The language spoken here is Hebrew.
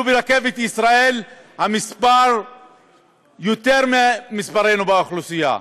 ברכבת ישראל המספר אפילו יותר ממספרנו באוכלוסייה,